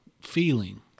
feeling